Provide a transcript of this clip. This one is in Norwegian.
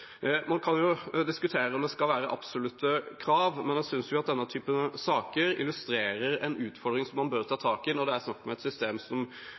Man kan diskutere om det skal være absolutte krav, men jeg synes at denne typen saker illustrerer en utfordring man bør ta tak i når det er snakk om et system som